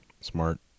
Smart